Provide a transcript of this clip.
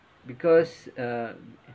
because uh